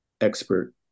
expert